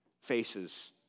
faces